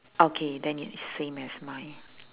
okay then it's same as mine